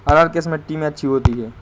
अरहर किस मिट्टी में अच्छी होती है?